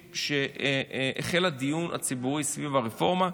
כשהחל הדיון הציבורי סביב הרפורמה.